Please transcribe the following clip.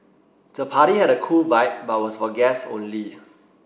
the party had a cool vibe but was for guest only